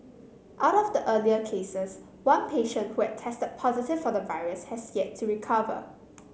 out of the earlier cases one patient who had tested positive for the virus has yet to recover